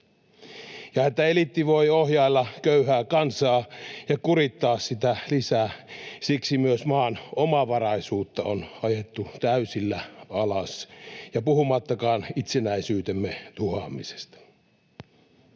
Ja jotta eliitti voisi ohjailla köyhää kansaa ja kurittaa sitä lisää, myös maan omavaraisuutta on ajettu täysillä alas, puhumattakaan itsenäisyytemme tuhoamisesta.